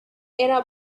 era